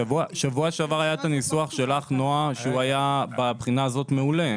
בשבוע שעבר היה הניסוח של נעה ומהבחינה הזאת הוא היה מעולה.